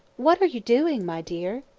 what are you doing, my dear?